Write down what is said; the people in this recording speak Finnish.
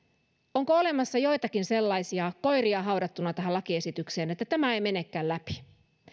onko olemassa joitakin sellaisia koiria haudattuna tähän lakiesitykseen että tämä ei menekään läpi